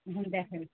হুম দেখেন